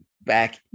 back